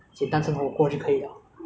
这样就是很好的人生 ah